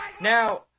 now